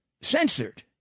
censored